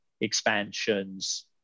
expansions